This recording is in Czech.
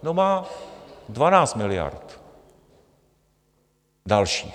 Má. 12 miliard dalších.